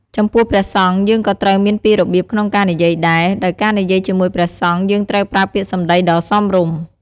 ចំពោះព្រះសង្ឃយើងក៏ត្រូវមានពីរបៀបក្នុងការនិយាយដែរ ដោយការនិយាយជាមួយព្រះសង្ឃយើងត្រូវប្រើពាក្យសំដីដ៏សមរម្យ។